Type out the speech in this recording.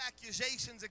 accusations